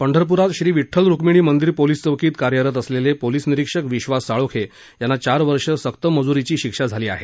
पंढरप्रात श्री विठ्ठल रुक्मिणी मंदिर पोलीस चौकीत कार्यरत असलेले पोलीस निरीक्षक विश्वास साळोखे यांना चार वर्षे सक्त मजूरीची शिक्षा झाली आहे